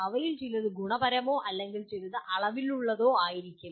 അവയിൽ ചിലത് ഗുണപരമോ അല്ലെങ്കിൽ ചിലത് അളവിലുള്ളതോ ആണ്